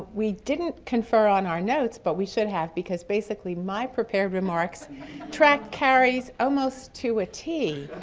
we didn't confer on our notes, but we should have because basically my prepared remarks track carrie's almost to a t.